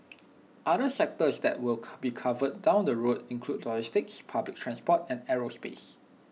other sectors that will ka be covered down the road include logistics public transport and aerospace